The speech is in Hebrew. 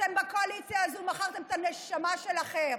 אתם בקואליציה הזו מכרתם את הנשמה שלכם.